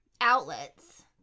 outlets